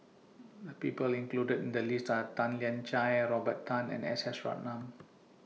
The People included in The list Are Tan Lian Chye Robert Tan and S S Ratnam